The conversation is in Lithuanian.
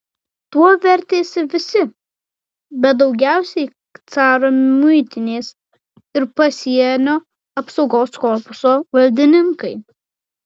tuo vertėsi visi bet daugiausiai caro muitinės ir pasienio apsaugos korpuso valdininkai